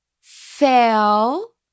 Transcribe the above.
fell